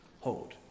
hold